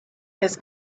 his